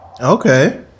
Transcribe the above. Okay